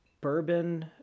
bourbon